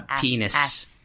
penis